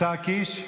השר קיש?